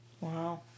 Wow